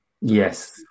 Yes